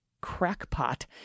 crackpot